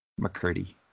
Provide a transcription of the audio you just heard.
McCurdy